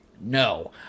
No